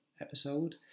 episode